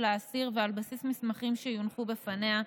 האסיר ועל בסיס מסמכים שיונחו בפניה,